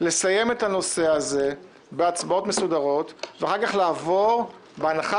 לסיים את הנושא הזה בהצבעות מסודרות ואחר כך לעבור - בהנחה